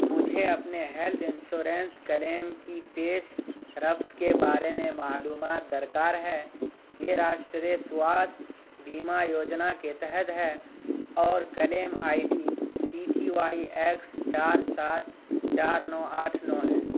مجھے اپنے health insurance claim کی پیش رفت کے بارے میں معلومات درکار ہے یہ راشٹریہ سواستھ بیمہ یوجنا کے تحت ہے اور claim I D C T Y X چار سات چار نو آٹھ نو ہے